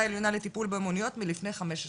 העליונה לטיפול באומנויות מלפני 15 שנים.